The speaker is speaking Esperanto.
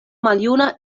maljuna